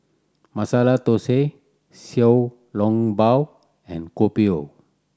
Masala Thosai Xiao Long Bao and Kopi O